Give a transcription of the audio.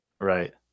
Right